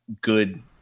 good